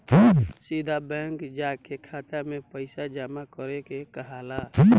सीधा बैंक जाके खाता में पइसा जामा करे के कहाला